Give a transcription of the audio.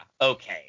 Okay